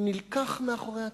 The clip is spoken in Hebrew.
הוא נלקח מאחורי הצאן.